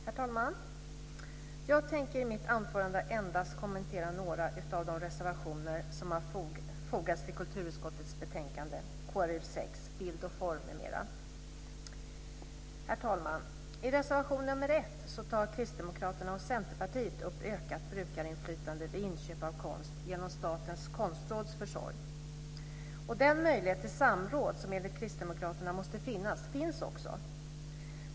Herr talman! Jag tänker i mitt anförande endast kommentera några av de reservationer som har fogats till utskottets betänkande KrU6, Bild och form m.m. Herr talman! I reservation 1 tar Kristdemokraterna och Centerpartiet upp ökat brukarinflytande vid inköp av konst genom Statens konstråds försorg. Den möjlighet till samråd som enligt kristdemokraterna måste finnas finns också.